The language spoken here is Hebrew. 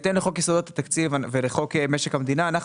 אבל בהתאם לחוק יסודות התקציב ולחוק משק המדינה אנחנו